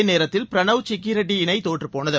அதேநேரத்தில் பிரணவ் சிக்கி ரெட்டி இணை தோற்றுப் போனது